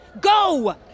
Go